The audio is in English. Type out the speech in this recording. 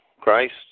Christ